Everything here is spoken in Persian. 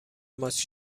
ماچ